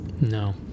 no